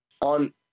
on